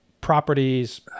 properties